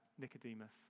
Nicodemus